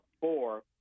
four